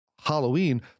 Halloween